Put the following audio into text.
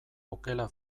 okela